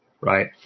Right